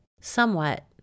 Somewhat